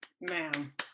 Ma'am